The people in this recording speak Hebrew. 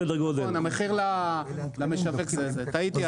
נכון, זה המחיר למשווק, טעיתי.